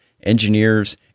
engineers